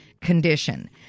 condition